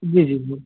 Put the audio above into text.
जी जी मैं